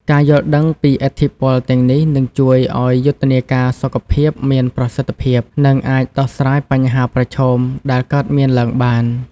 ការយល់ដឹងពីឥទ្ធិពលទាំងនេះនឹងជួយឲ្យយុទ្ធនាការសុខភាពមានប្រសិទ្ធភាព និងអាចដោះស្រាយបញ្ហាប្រឈមដែលកើតមានឡើងបាន។